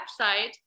website